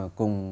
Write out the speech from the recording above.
cùng